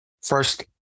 first